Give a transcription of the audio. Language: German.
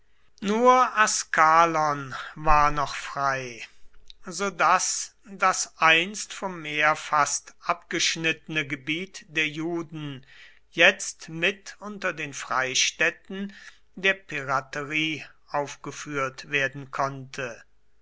nur askalon war noch frei so daß das einst vom meer fast abgeschnittene gebiet der juden jetzt mit unter den freistätten der piraterie aufgeführt werden konnte